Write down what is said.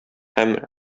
һәм